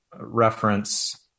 reference